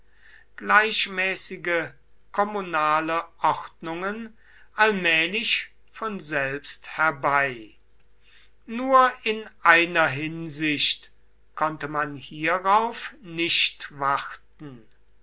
gleichmäßige kommunale ordnungen allmählich von selbst herbei nur in einer hinsicht konnte man hierauf nicht warten